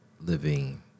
living